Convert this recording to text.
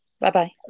Bye-bye